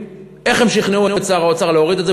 איך הם שכנעו את שר האוצר להוריד את זה,